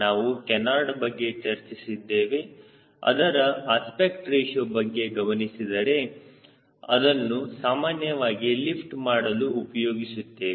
ನಾವು ಕೇನಾರ್ಡ್ ಬಗ್ಗೆ ಚರ್ಚಿಸಿದ್ದೇವೆ ಅದರ ಅಸ್ಪೆಕ್ಟ್ ರೇಶಿಯೋ ಬಗ್ಗೆ ಗಮನಿಸಿದರೆ ಅದನ್ನು ಸಾಮಾನ್ಯವಾಗಿ ಲಿಫ್ಟ್ ಮಾಡಲು ಉಪಯೋಗಿಸುತ್ತೇವೆ